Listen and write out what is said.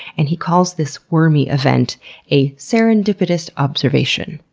and he calls this wormy event a serendipitous observation.